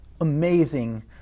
amazing